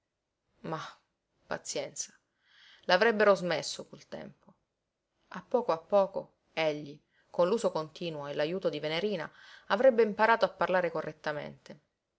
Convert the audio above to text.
mah pazienza l'avrebbero smesso col tempo a poco a poco egli con l'uso continuo e l'ajuto di venerina avrebbe imparato a parlare correttamente